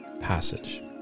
passage